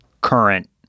current